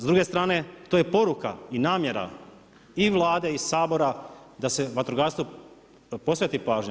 S druge strane to je poruka i namjera i Vlade i Sabora da se vatrogastvu posveti pažnja.